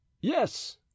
Yes